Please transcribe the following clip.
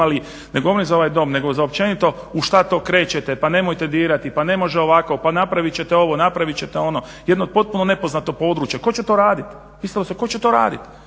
imali, ne govorim za ovaj dom nego za općenito u šta to krećete, pa nemojte dirati, pa ne može ovako, pa napravit ćete ovo, napravit ćete ono, jedno potpuno nepoznato područje. Tko će to radit, mislilo se tko će to radit,